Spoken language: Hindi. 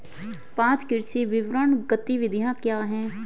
पाँच कृषि विपणन गतिविधियाँ क्या हैं?